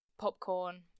popcorn